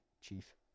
Chief